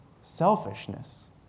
selfishness